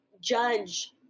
judge